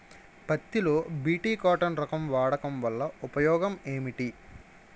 పత్తి లో BT cotton రకం వాడకం వల్ల ఉపయోగం ఏమిటి?